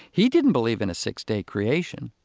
he didn't believe in a six-day creation.